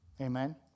Amen